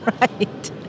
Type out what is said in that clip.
Right